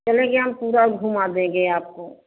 चलेंगे हम पूरा घूमा देंगे आपको